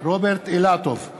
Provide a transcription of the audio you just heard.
רוברט אילטוב,